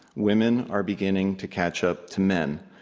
women are beginning to catch up to men.